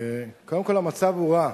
קודם כול, המצב הוא רע.